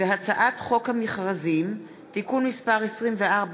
והצעת חוק חובת המכרזים (תיקון מס' 24,